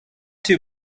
too